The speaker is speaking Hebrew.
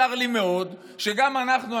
צר לי מאוד שגם אנחנו,